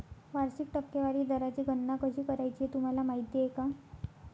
वार्षिक टक्केवारी दराची गणना कशी करायची हे तुम्हाला माहिती आहे का?